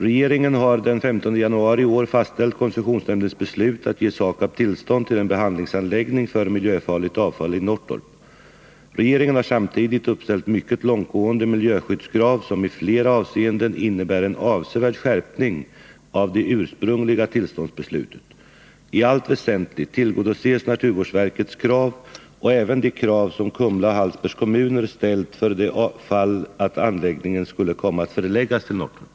Regeringen har den 15 januari i år fastställt koncessionsnämndens beslut att ge SAKAB tillstånd till en behandlingsanläggning för miljöfarligt avfall i Norrtorp. Regeringen har samtidigt uppställt mycket långtgående miljöskyddskrav som i flera avseenden innebär en avsevärd skärpning av det ursprungliga tillståndsbeslutet. I allt väsentligt tillgodoses naturvårdsverkets krav och även de krav som Kumla och Hallsbergs kommuner ställt för det fall att anläggningen skulle komma att förläggas till Norrtorp.